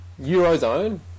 Eurozone